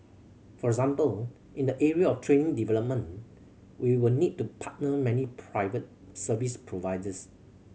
for example in the area of training development we will need to partner many private service providers